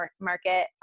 market